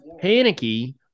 panicky